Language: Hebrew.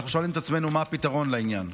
אנחנו שואלים את עצמנו מה הפתרון לעניין,